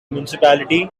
municipality